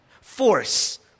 force